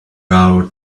hour